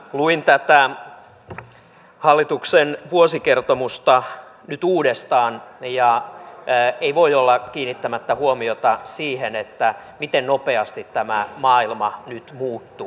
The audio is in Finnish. luin tätä hallituksen vuosikertomusta nyt uudestaan ja ei voi olla kiinnittämättä huomiota siihen miten nopeasti tämä maailma nyt muuttuu